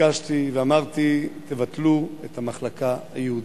ביקשתי ואמרתי: תבטלו את המחלקה היהודית,